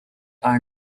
are